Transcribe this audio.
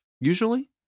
usually